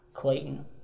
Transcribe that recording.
Clayton